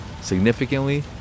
significantly